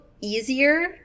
easier